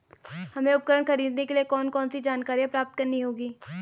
हमें उपकरण खरीदने के लिए कौन कौन सी जानकारियां प्राप्त करनी होगी?